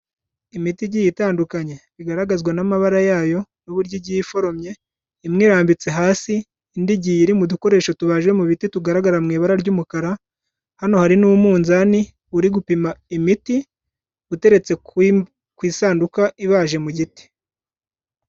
Imiti igiye itandukanye bigaragazwa n'amabara yayo n'uburyo igiye iforumye, imwe irambitse hasi indi igiye iri mu dukoresho tubaje mu biti tugaragara mu ibara ry'umukara, hano hari n'umunzani uri gupima imiti, uteretse ku isanduku ibaje mu giti.